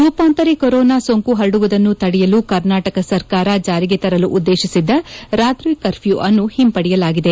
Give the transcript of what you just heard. ರೂಪಾಂತರಿ corona ಸೋಂಕು ಹರಡುವುದನ್ನು ತಡೆಯಲು ಕರ್ನಾಟಕ ಸರ್ಕಾರ ಜಾರಿಗೆ ತರಲು ಉದ್ದೇಶಿಸಿದ್ದ ರಾತ್ರಿ ಕರ್ಫ್ಲೂ ಅನ್ನು ಹಿಂಪಡೆಯಲಾಗಿದೆ